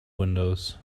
windows